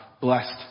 blessed